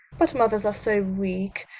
but mothers are so weak.